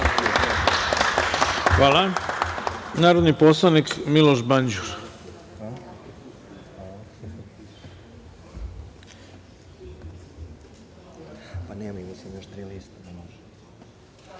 ima narodni poslanik Miloš Banđur.